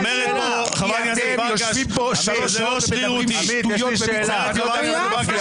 אתם יושבים פה שלוש שעות ומדברים שטויות במיץ עגבניות,